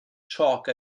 chalk